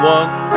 one